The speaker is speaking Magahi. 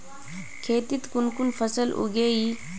खेतीत कुन कुन फसल उगेई?